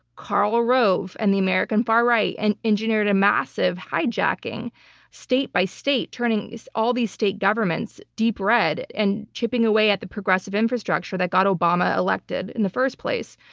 karl rove and the american far right and engineered a massive hijacking state by state, turning all these state governments deep red and chipping away at the progressive infrastructure that got obama elected in the first place.